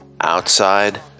outside